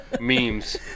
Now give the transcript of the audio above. Memes